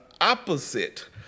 opposite